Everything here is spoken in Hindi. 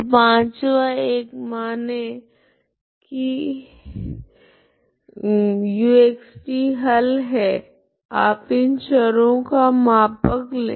तो पांचवा प्रगुण माने की uxt हल है आप इन चरों का मापक ले